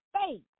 faith